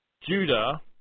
Judah